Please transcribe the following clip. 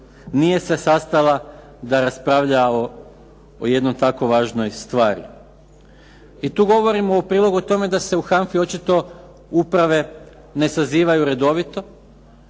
nije se sastala da raspravlja o jednoj tako važnoj stvari. I tu govorim u prilogu tome da se u HANFA-i očito uprave ne sazivaju redovito